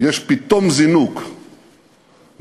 יש פתאום זינוק ב-2008,